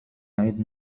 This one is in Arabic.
عيد